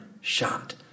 shot